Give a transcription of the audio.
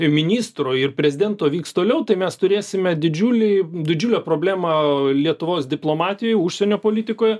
ministro ir prezidento vyks toliau tai mes turėsime didžiulį didžiulę problemą lietuvos diplomatijoj užsienio politikoje